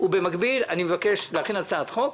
ובמקביל אני מבקש להכין הצעת חוק,